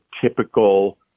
typical